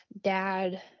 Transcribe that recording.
dad